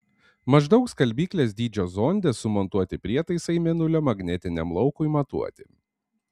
maždaug skalbyklės dydžio zonde sumontuoti prietaisai mėnulio magnetiniam laukui matuoti